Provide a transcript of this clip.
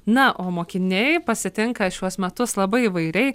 na o mokiniai pasitinka šiuos metus labai įvairiai